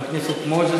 חבר הכנסת גנאים,